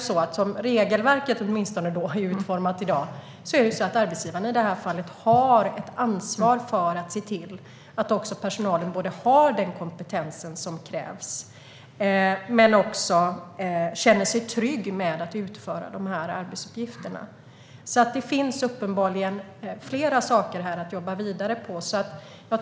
Som regelverket är utformat i dag har arbetsgivarna ansvar för att se till att personalen har den kompetens som krävs men också att man känner sig trygg med att utföra arbetsuppgifterna. Det finns uppenbarligen flera saker att jobba vidare med.